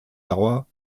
dauer